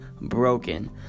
broken